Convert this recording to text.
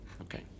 Okay